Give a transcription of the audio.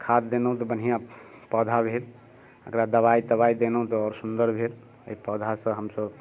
खाद देनौ तऽ बन्हिआँ पौधा भेल एकरा दबाइ तबाइ देनौ तऽ आओर सुन्दर भेल अइ पौधासँ हमसभ